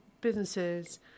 businesses